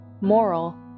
moral